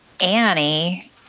Annie